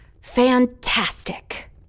Fantastic